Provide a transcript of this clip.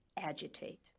agitate